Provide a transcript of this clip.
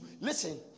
listen